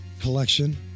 collection